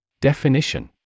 Definition